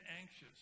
anxious